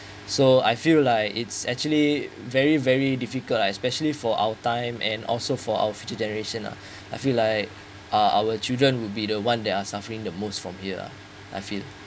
so I feel like it's actually very very difficult lah especially for our time and also for our future generation lah I feel like uh our children would be the one that are suffering the most from here I feel